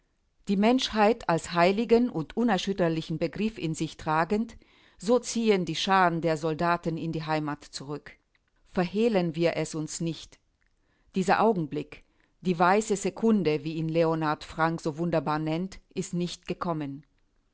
die menschheit als heiligen und unerschütterlichen begriff in sich tragend so ziehen die scharen der soldaten in die heimat zurück verhehlen wir es uns nicht dieser augenblick die weiße sekunde wie ihn leonhard frank so wunderbar nennt ist nicht gekommen